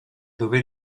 dove